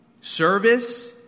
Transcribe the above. service